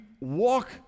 walk